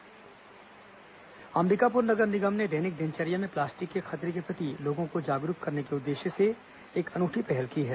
garbage cafe Ambikapur नगर निगम ने दैनिक दिनचर्या में प्लास्टिक के खतरे के प्रति लोगों को जागरूक करने के उद्देश्य से एक अनूठी पहल की है